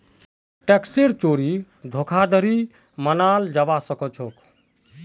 टैक्सेर चोरी धोखाधड़ी मनाल जाबा सखेछोक